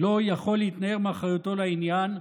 לא יכול להתנער מאחריותו לעניין,